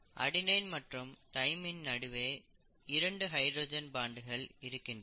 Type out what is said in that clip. adenine மற்றும் தைமைனின் நடுவே இரண்டு ஹைட்ரஜன் பாண்டுகள் இருக்கின்றன